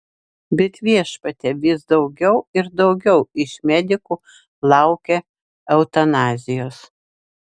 bet viešpatie vis daugiau ir daugiau iš medikų laukia eutanazijos